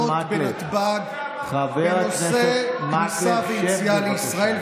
בנתב"ג בנושא כניסה ויציאה לישראל,